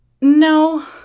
No